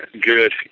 Good